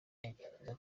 ntekereza